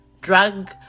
drug